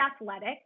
athletic